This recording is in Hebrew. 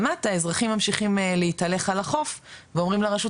למטה אזרחים ממשיכים להתהלך על החוף ואומרים לרשות